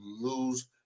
lose